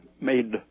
made